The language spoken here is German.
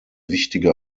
wichtige